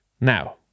Now